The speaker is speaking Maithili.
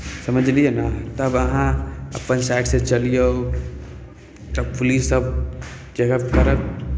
समझलियै ने तब अहाँ अपन साइडसँ चलियौ तब पुलिससभ चेकअप करत